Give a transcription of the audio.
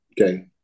Okay